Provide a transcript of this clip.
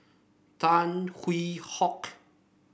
Tan Hwee Hock